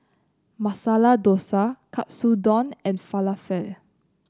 Masala Dosa Katsudon and Falafel